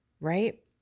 Right